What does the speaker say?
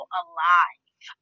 alive